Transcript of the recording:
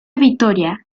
victoria